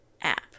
app